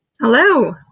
Hello